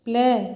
play